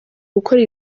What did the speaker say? gukora